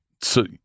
So-